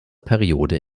periode